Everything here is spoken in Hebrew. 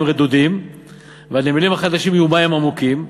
רדודים והנמלים החדשים יהיו מים עמוקים.